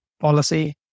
policy